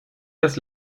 das